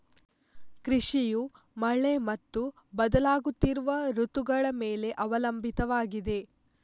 ಕೃಷಿಯು ಮಳೆ ಮತ್ತು ಬದಲಾಗುತ್ತಿರುವ ಋತುಗಳ ಮೇಲೆ ಅವಲಂಬಿತವಾಗಿದೆ